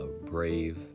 brave